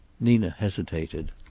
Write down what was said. nina hesitated.